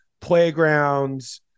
playgrounds